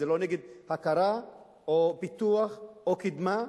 זה לא נגד הכרה או פיתוח או קדמה,